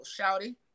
Shouty